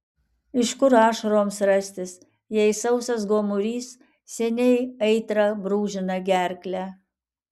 iš kur ašaroms rastis jei sausas gomurys seniai aitra brūžina gerklę